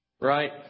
right